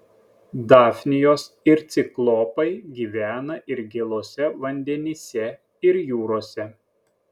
dafnijos ir ciklopai gyvena ir gėluose vandenyse ir jūrose